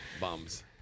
bums